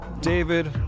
david